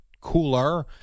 cooler